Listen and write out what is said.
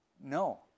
no